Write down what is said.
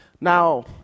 Now